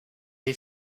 les